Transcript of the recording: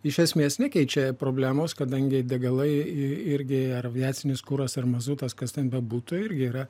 iš esmės nekeičia problemos kadangi degalai i irgi ar aviacinis kuras ar mazutas kas ten bebūtų irgi yra